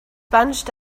bunched